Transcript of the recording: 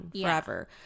forever